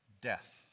death